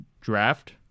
draft